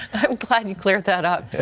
i'm glad you cleared that up.